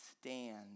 stand